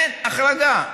החרגה.